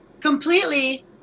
completely